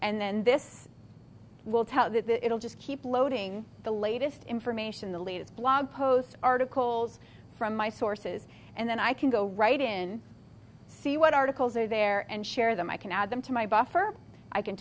and then this i will tell you that it will just keep loading the latest information the latest blog posts articles from my sources and then i can go right in see what articles are there and share them i can add them to my buffer i can